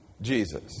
Jesus